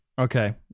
Okay